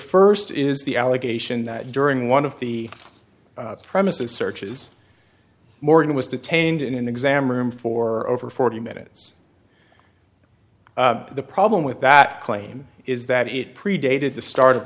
first is the allegation that during one of the premises searches morgan was detained in an exam room for over forty minutes the problem with that claim is that it predated the start of